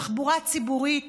התחבורה הציבורית